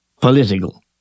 political